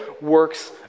works